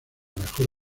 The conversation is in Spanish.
mejor